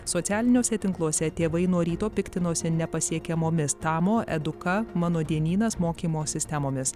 socialiniuose tinkluose tėvai nuo ryto piktinosi nepasiekiamomis tamo eduka mano dienynas mokymo sistemomis